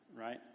Right